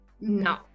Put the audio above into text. no